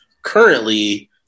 Currently